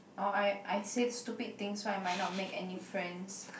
or I I say stupid things so I might not make any friends